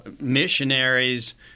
missionaries